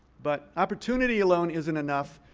but opportunity alone isn't enough.